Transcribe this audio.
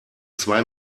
zwei